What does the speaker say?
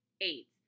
Eight